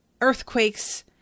earthquakes